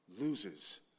loses